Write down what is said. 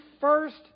first